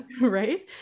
Right